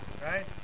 Right